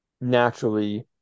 naturally